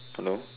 hello